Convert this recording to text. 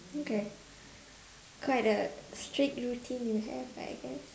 okay quite a strict routine you have I guess